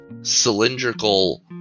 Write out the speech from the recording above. cylindrical